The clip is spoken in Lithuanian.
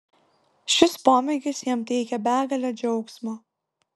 šis pomėgis jam teikia begalę džiaugsmo